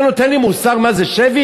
אתה נותן לי מוסר מה זה שבי?